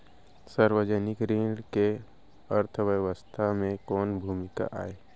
सार्वजनिक ऋण के अर्थव्यवस्था में कोस भूमिका आय?